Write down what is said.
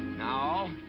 now.